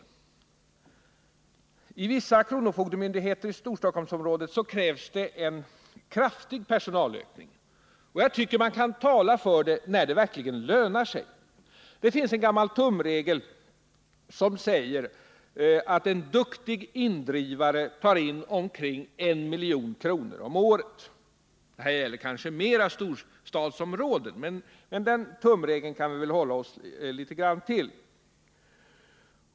Fredagen den Inom vissa kronofogdemyndigheter i Storstockholmsområdet krävs det en 30 november 1979 kraftig personalökning. Och man kan tala för en sådan, när den verkligen lönar sig. Det finns en gammal tumregel som säger att en duktig indrivare tar in omkring 1 milj.kr. om året. Detta gäller kanske mer storstadsområdena, men vi kan väl i alla fall hålla oss till den tumregeln.